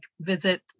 visit